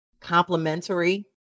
complementary